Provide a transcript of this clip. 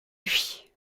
lui